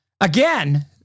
again